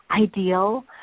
ideal